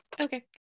Okay